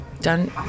Done